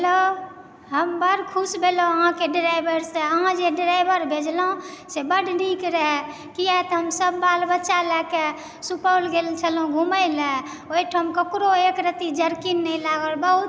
hello हम बड़ खुश भेलहुॅं अहाँकेँ ड्राइवर से अहाँ जे ड्राइवर भेजलहुॅं से बाद नीक रहय किया तऽ हम सब बाल बच्चा लए कऽ सुपौल गेल छलहुॅं घुमय लए ओहिठाम ककरो एक रति जर्किंग नहि लागल बहुत